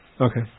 Okay